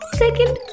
second